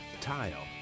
tile